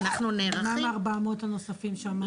ואנחנו נערכים -- למה 400 הנוספים שאמרת?